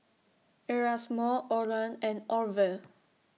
Erasmo Oran and Orville